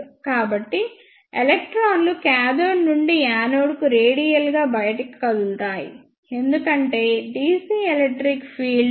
కాబట్టి ఎలక్ట్రాన్లు కాథోడ్ నుండి యానోడ్కు రేడియల్గా బయటికి కదులుతాయి ఎందుకంటే dc ఎలక్ట్రిక్ ఫీల్డ్